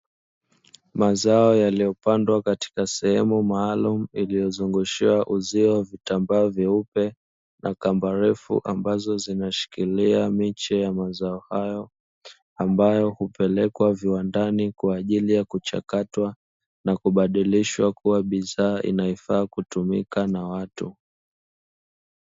Mazao yaliyopandwa katika sehemu maalumu uliozungushiwa uzio wa vitambaa vyeupe na kamba refu ambazo zinashikiria miche ya mazao hayo, ambayo hupelekwa viwandani kwa ajili ya kuchakatwa na kubadilishwa kuwa bidhaa inayofaa kutumika na watu.